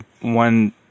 one